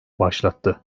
başlattı